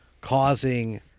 causing